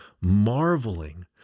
marveling